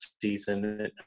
season